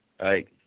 Right